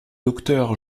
docteur